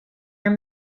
were